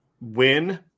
win